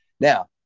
Now